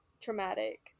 traumatic